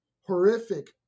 horrific